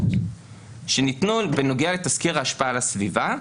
שניתנו בנוגע לתסקיר ההשפעה על הסביבה.